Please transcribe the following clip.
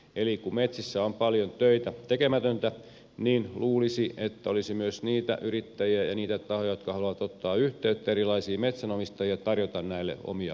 eli kun metsissä on paljon tekemätöntä työtä niin luulisi että olisi myös niitä yrittäjiä ja niitä tahoja jotka haluavat ottaa yhteyttä erilaisiin metsänomistajiin ja tarjota näille omia palveluitaan